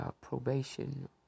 probation